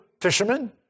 fishermen